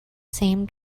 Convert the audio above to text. same